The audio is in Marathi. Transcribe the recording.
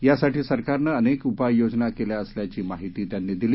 यासाठी सरकारनं अनेक उपाययोजना केल्या असल्याची माहिती त्यांनी दिली